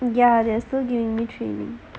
ya they're still giving me training